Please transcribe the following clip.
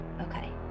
Okay